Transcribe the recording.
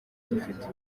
dufite